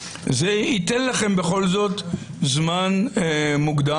זה ייתן לכם בכל זאת זמן מוקדם.